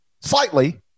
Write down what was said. slightly